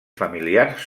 familiars